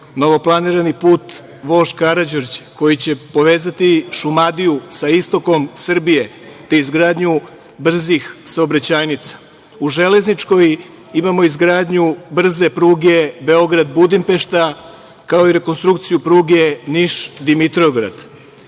novo planirani put „Vožd Karađorđe“ koji će povezati Šumadiju sa istokom Srbije, te izgradnju brzih saobraćajnica, u železničkoj imamo izgradnju brze pruge Beograd – Budimpešta, kao i rekonstrukciju pruge Niš – Dimitrovgrad. Svi